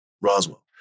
Roswell